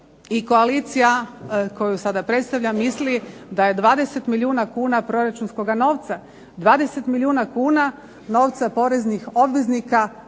koalicija koju sada predstavljam misli da je 20 milijuna kuna proračunskoga novca 20 milijuna kuna novca poreznih obveznika